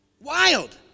Wild